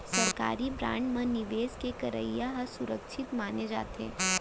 सरकारी बांड म निवेस के करई ह सुरक्छित माने जाथे